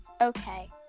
okay